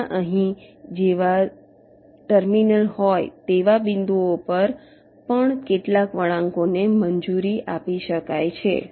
જ્યાં અહીં જેવા ટર્મિનલ હોય તેવા બિંદુઓ પર પણ કેટલાક વળાંકોને મંજૂરી આપી શકાય છે